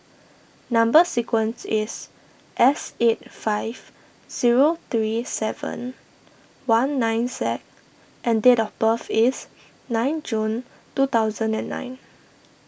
Number Sequence is S eight five zero three seven one nine Z and date of birth is nine June two thousand and nine